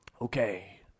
Okay